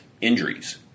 injuries